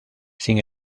sin